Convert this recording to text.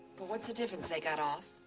but what's the difference? they got off.